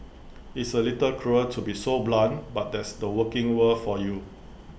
it's A little cruel to be so blunt but that's the working world for you